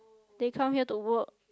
they come here to work